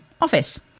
office